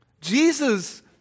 Jesus